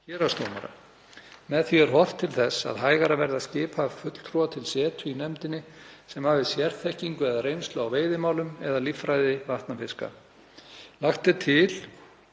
héraðsdómara. Með því er horft til þess að hægara verði að skipa fulltrúa til setu í nefndinni sem hafi sérþekkingu eða reynslu á veiðimálum eða líffræði vatnafiska. Lagt er til